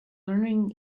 wondering